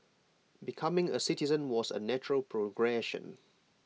becoming A citizen was A natural progression